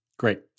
Great